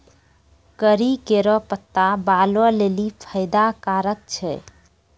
करी केरो पत्ता बालो लेलि फैदा कारक छै